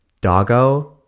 Doggo